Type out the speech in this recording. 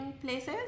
places